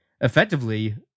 effectively